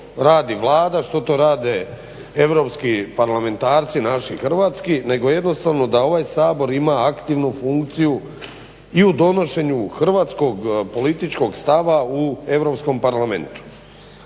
radi Vlada, što to rade europski parlamentarci, naši hrvatski, nego jednostavno da ovaj Sabor ima aktivnu funkciju i u donošenju hrvatskog, političkog stava u Europskom parlamentu.